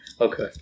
Okay